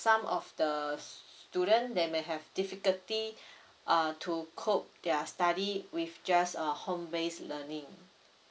some of the student they may have difficulty uh to cope their study with just uh home based learning